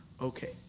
Okay